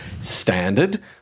standard